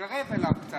חבר הכנסת